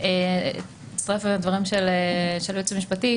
שאני מצטרפת לדברים של היועץ המשפטי,